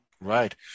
Right